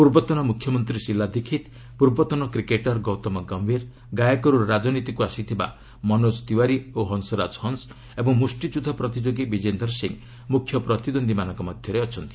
ପୂର୍ବତନ ମୁଖ୍ୟମନ୍ତ୍ରୀ ଶିଲା ଦିକ୍ଷୀତ ପୂର୍ବତନ କ୍ରିକେଟର ଗୌତମ ଗମ୍ଭୀର ଗାୟକରୁ ରାଜନୀତିକୁ ଆସିଥିବା ମନୋଚ୍ଚ ତିୱାରୀ ଓ ହଂସରାଜ ହଂସ ଏବଂ ମୁଷ୍ଟିଯୁଦ୍ଧ ପ୍ରତିଯୋଗୀ ବିଜେନ୍ଦର ସିଂହ ମୁଖ୍ୟ ପ୍ରତିଦ୍ୱନ୍ଦିମାନଙ୍କ ମଧ୍ୟରେ ଅଛନ୍ତି